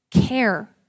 care